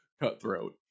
cutthroat